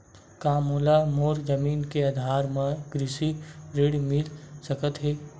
का मोला मोर जमीन के आधार म कृषि ऋण मिल सकत हे?